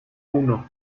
uno